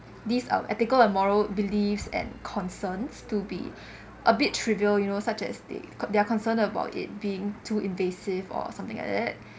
these uh ethical and moral beliefs and concerns to be a bit trivial you know such as they they are concerned about it being too invasive or something like that